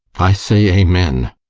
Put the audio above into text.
i say, amen.